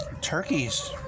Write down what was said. turkeys